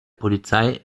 polizei